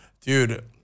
Dude